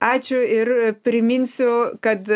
ačiū ir priminsiu kad